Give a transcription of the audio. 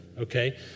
okay